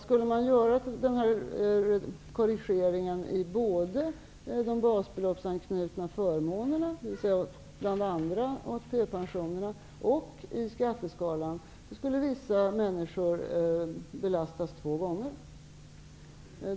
Skulle man göra den aktuella korrigeringen i både de basbeloppsanknutna förmånerna, bl.a. ATP-pensionerna, och i skatteskalan, skulle vissa människor belastas två gånger.